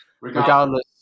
regardless